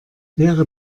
wäre